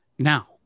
Now